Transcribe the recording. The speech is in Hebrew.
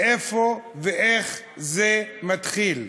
מאיפה ואיך זה התחיל.